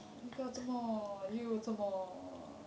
一个这么又这么